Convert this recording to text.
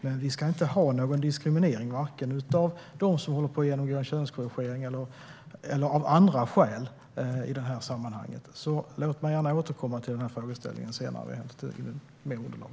Men vi ska inte ha någon diskriminering av dem som håller på att genomgå könskorrigering eller av andra skäl i det här sammanhanget. Låt mig gärna återkomma till frågeställningen senare, när vi hämtat in mer underlag.